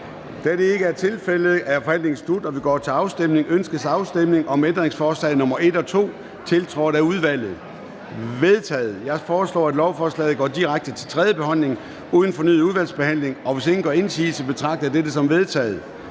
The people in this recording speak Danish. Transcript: det ikke er tilfældet, er forhandlingen sluttet, og vi går til afstemning. Kl. 13:39 Afstemning Formanden (Søren Gade): Ønskes afstemning om ændringsforslag nr. 1 og 2, tiltrådt af udvalget? De er vedtaget. Jeg foreslår, at lovforslaget går direkte til tredje behandling uden fornyet udvalgsbehandling. Hvis ingen gør indsigelse, betragter jeg dette som vedtaget.